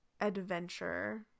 adventure